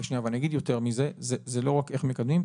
ואני אגיד יותר מזה, זה לא רק איך מקדמים,